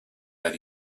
out